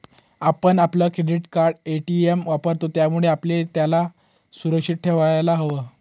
आपण आपलं credit card, ATM वापरतो, त्यामुळे आपल्याला त्याला सुरक्षित ठेवायला हव